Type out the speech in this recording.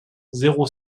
zéro